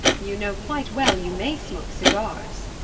you know quite well you may smoke cigars.